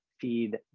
feed